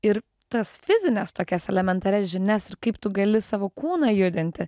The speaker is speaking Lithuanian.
ir tas fizines tokias elementarias žinias ir kaip tu gali savo kūną judinti